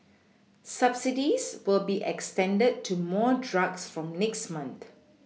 subsidies will be extended to more drugs from next month